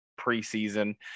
preseason